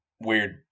weird